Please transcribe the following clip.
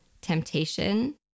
Temptation